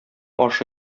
ашы